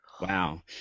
Wow